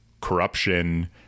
corruption